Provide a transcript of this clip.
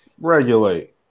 regulate